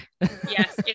Yes